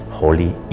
Holy